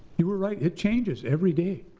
you were right, it changes every day.